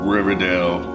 Riverdale